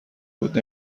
بود